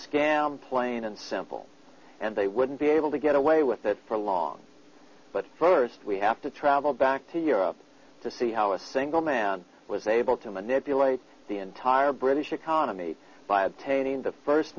scam plain and simple and they wouldn't be able to get away with it for long but first we have to travel back to europe to see how a single man was able to manipulate the entire british economy by obtaining the first